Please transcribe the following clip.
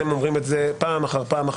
אתם אומרים את זה פעם אחר פעם,